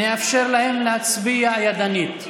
נאפשר להם להצביע ידנית.